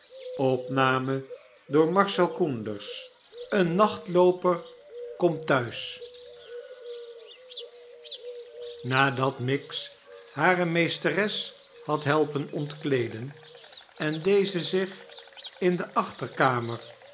een nachtlooper komt thuis nadat miggs hare meesteres had helpen ontkleeden en deze zich in de achterkamer